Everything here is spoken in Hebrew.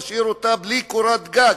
להשאיר אותה בלי קורת גג,